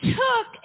took